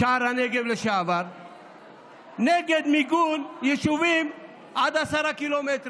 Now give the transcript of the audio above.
שער הנגב לשעבר נגד מיגון יישובים עד 10 ק"מ,